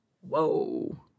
Whoa